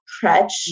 crutch